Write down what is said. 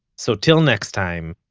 so till next time,